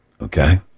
Okay